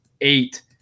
eight